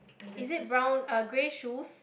is it brown uh grey shoes